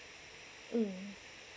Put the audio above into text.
mm